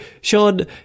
Sean